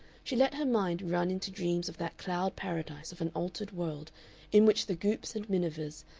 she let her mind run into dreams of that cloud paradise of an altered world in which the goopes and minivers,